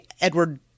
Edward